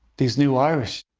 these new iris.